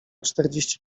czterdzieści